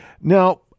Now